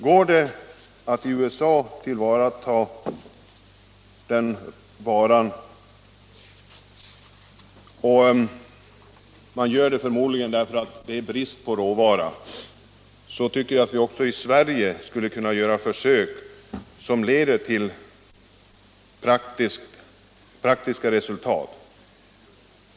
Går det att tillvarata den varan i USA — och det gör man förmodligen därför att det är brist på råvara — tycker jag att vi också i Sverige skulle kunna göra försök som leder till praktiska resultat.